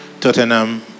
Tottenham